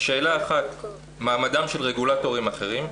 שאלה אחת היא לגבי מעמדם של רגולטורים אחרים,